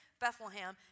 Bethlehem